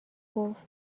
گفت